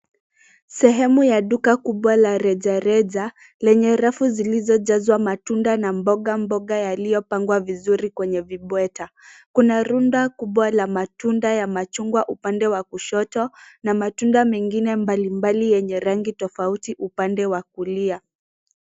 Sehemu ya duka kubwa la rejareja, lenye rafu zilizojazwa matunda na mboga mboga yaliyopangwa vizuri kwenye vibweta. Kuna rundo kubwa la matunda ya machungwa upande wa kushoto na matunda mengine mbalimbali yenye rangi tofauti upande wa kulia.